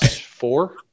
Four